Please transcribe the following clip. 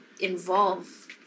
involve